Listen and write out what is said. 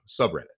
subreddit